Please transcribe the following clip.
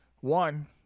one